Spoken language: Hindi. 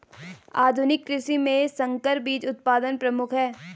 आधुनिक कृषि में संकर बीज उत्पादन प्रमुख है